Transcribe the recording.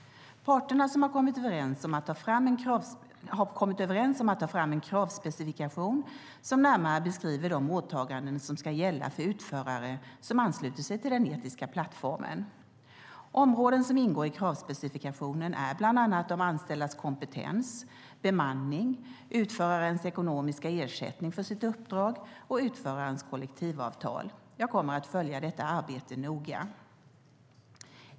Parterna har kommit överens om att ta fram en kravspecifikation som närmare beskriver de åtaganden som ska gälla för utförare som ansluter sig till den etiska plattformen. Områden som ingår i kravspecifikationen är bland annat de anställdas kompetens, bemanning, utförarens ekonomiska ersättning för sitt uppdrag och utförarens kollektivavtal. Jag kommer att följa detta arbete noga.